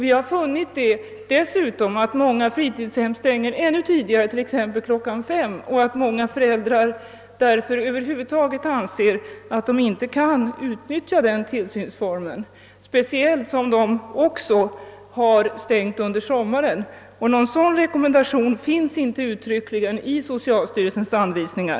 Vi har dessutom funnit att många fritidshem stänger ännu tidigare, t.ex. kl. 17.00, och att många föräldrar därför anser att de över huvud taget inte kan utnyttja denna tillsynsform, speciellt som fritidshemmen har stängt under sommaren. Någon uttrycklig rekommendation på denna punkt finns alltså inte i socialstyrelsens anvisningar.